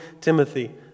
Timothy